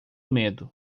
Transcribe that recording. medo